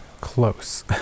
close